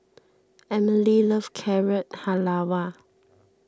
Emely loves Carrot Halwa